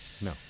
No